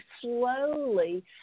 slowly